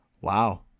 Wow